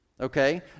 Okay